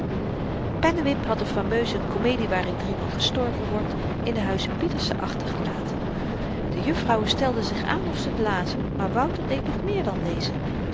pennewip had de fameuze komedie waarin driemaal gestorven wordt in den huize pieterse achtergelaten de juffrouwen stelden zich aan of ze t lazen maar wouter deed meer nog dan lezen